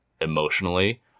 emotionally